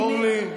אורלי,